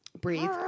Breathe